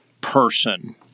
person